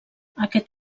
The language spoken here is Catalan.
aquest